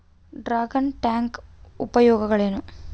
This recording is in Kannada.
ಡ್ರಾಗನ್ ಟ್ಯಾಂಕ್ ಉಪಯೋಗಗಳೇನು?